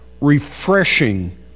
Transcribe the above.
refreshing